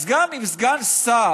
אז גם אם סגן שר